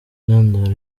intandaro